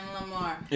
Lamar